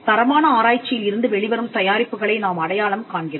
தரமான ஆராய்ச்சியில் இருந்து வெளிவரும் தயாரிப்புகளை நாம் அடையாளம் காண்கிறோம்